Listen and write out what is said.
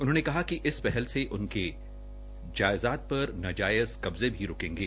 उन्होंने कहा कि इस पहल से उनके जायदाद पर नजायज़ कब्जे भी रूकेंगे